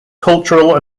cultural